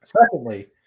Secondly